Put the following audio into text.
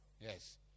Yes